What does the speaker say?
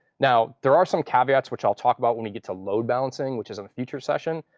now, there are some caveats, which i'll talk about when we get to load balancing, which is in a future session.